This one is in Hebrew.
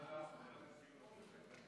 המלצת הלשכה המשפטית